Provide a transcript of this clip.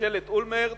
ממשלת אולמרט,